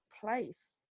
place